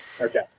Okay